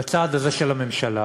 בצעד הזה של הממשלה,